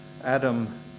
Adam